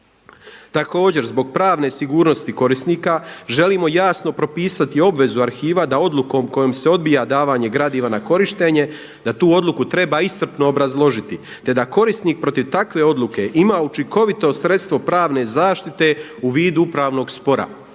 Također zbog pravne sigurnosti korisnika želimo jasno propisati obvezu arhiva da odlukom kojom se odbija davanje gradiva na korištenje da tu odluku treba iscrpno obrazložiti, te da korisnik protiv takve odluke ima učinkovito sredstvo pravne zaštite u vidu upravnog spora.